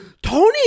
Tony